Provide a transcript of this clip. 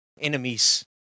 enemies